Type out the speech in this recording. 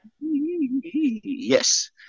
Yes